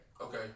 okay